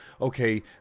okay